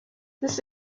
this